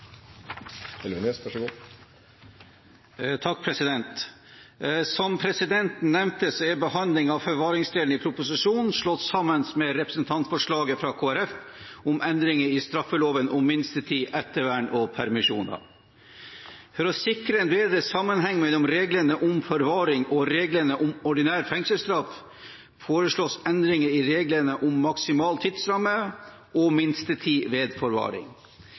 straffeloven om minstetid, ettervern og permisjoner. For å sikre en bedre sammenheng mellom reglene om forvaring og reglene om ordinær fengselsstraff foreslås endringer i reglene om maksimal tidsramme og minstetid ved forvaring.